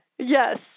Yes